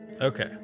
Okay